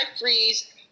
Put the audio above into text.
freeze